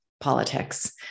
politics